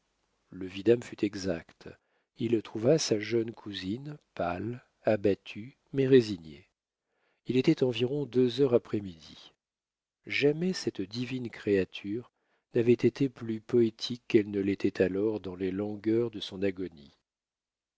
le vidame fut exact il trouva sa jeune cousine pâle abattue mais résignée il était environ deux heures après-midi jamais cette divine créature n'avait été plus poétique qu'elle ne l'était alors dans les langueurs de son agonie